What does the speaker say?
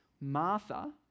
Martha